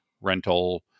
rental